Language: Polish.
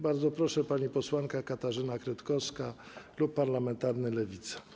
Bardzo proszę, pani posłanka Katarzyna Kretkowska, klub parlamentarny Lewica.